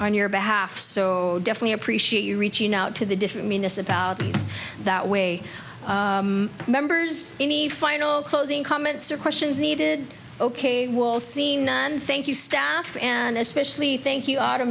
on your behalf so definitely appreciate you reaching out to the different municipalities that way members any final closing comments or questions needed ok will see and thank you staff and especially thank you